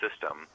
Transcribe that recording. system